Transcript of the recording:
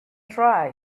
try